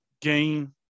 gain